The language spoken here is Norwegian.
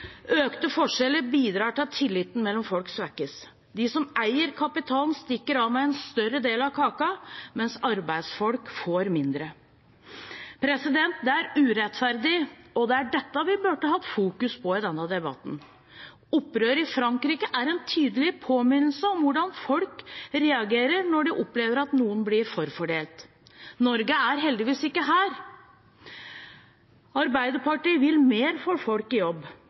Økte forskjeller bidrar til at tilliten mellom folk svekkes. De som eier kapitalen, stikker av med en større del av kaka, mens arbeidsfolk får mindre. Det er urettferdig, og det er dette vi burde fokusert på i denne debatten. Opprøret i Frankrike er en tydelig påminnelse om hvordan folk reagerer når de opplever at noen blir forfordelt. Norge er heldigvis ikke der. Arbeiderpartiet vil mer for folk i jobb.